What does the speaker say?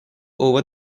over